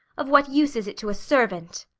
of what use is it to a servant?